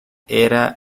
era